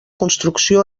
construcció